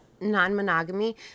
non-monogamy